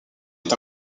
est